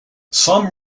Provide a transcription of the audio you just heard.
some